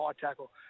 tackle